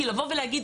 כי לבוא ולהגיד,